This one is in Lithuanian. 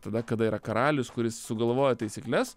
tada kada yra karalius kuris sugalvoja taisykles